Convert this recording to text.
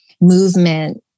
movement